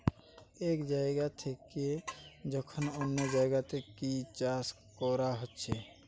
এক জাগা থিকে যখন অন্য জাগাতে কি চাষ কোরা হচ্ছে